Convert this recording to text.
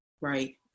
right